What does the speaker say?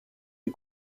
des